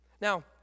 now